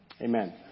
Amen